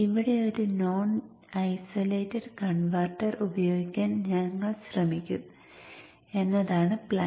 ഇവിടെ ഒരു non isolated converter ഉപയോഗിക്കാൻ ഞങ്ങൾ ശ്രമിക്കും എന്നതാണ് പ്ലാൻ